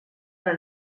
hora